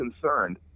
concerned